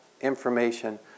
information